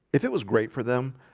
if it was great for them,